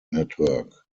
network